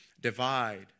divide